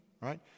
right